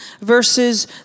versus